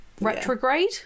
Retrograde